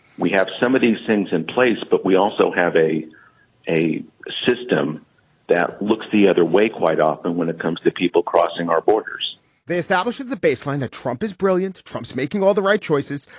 we have some of these things in place, but we also have a a system that looks the other way quite often when it comes to people crossing our borders they established the baseline that trump is brilliant. trump's making all the right choices,